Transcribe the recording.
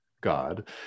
God